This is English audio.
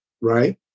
right